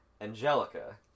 Angelica